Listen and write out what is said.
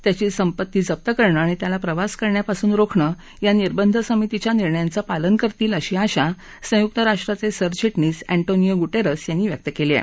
त्याची संपत्ती जप्त करणं आणि त्याला प्रवास करण्यापासून रोखणे या निर्बंध समितीच्या निर्णयांचं पालन करतील अशी आशा संयुक्त राष्ट्राचे सरचिटणीस अँटोनियो गुटेरेस यांनी व्यक्त केली आहे